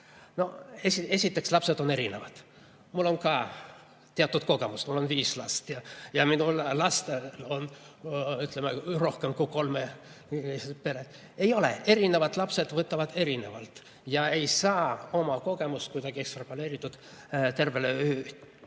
Esiteks, lapsed on erinevad. Mul on ka teatud kogemus, mul on viis last, ja minu lastel on, ütleme, rohkem kui kolme [lapsega] pered. Ei ole, erinevad lapsed võtavad erinevalt. Ei saa oma kogemust kuidagi ekstrapoleerida tervele